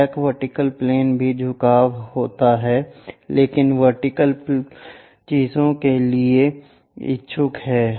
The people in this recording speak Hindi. सहायक वर्टिकल प्लेन भी झुका हुआ है लेकिन वर्टिकल चीज के लिए इच्छुक है